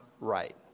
right